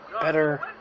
better